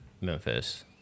Memphis